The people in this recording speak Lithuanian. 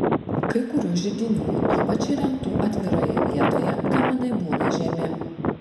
kai kurių židinių ypač įrengtų atviroje vietoje kaminai būna žemi